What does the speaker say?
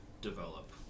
develop